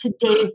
today's